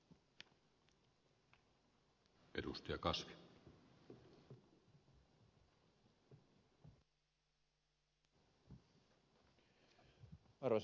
arvoisa puhemies